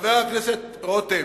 חבר הכנסת רותם,